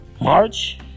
March